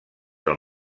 del